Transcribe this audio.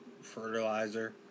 Fertilizer